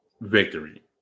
victory